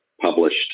published